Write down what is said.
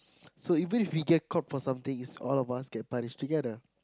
so even if we get caught for something is all of us get punished together